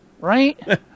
Right